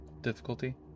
Difficulty